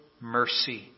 mercy